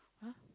!huh!